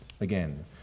again